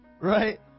right